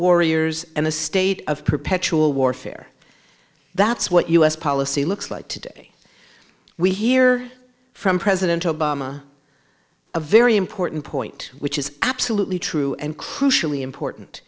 warriors and the state of perpetual warfare that's what u s policy looks like today we hear from president obama a very important point which is absolutely true and crucially important